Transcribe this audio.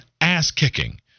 ass-kicking